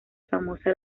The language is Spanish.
famosa